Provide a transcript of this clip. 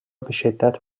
بشدت